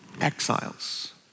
exiles